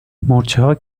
مورچهها